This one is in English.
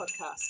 Podcast